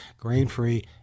grain-free